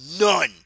None